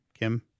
Kim